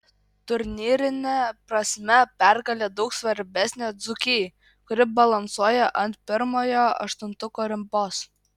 turnyrine prasme pergalė daug svarbesnė dzūkijai kuri balansuoja ant pirmojo aštuntuko ribos